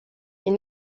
est